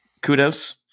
kudos